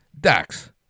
Dax